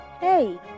Hey